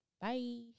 Bye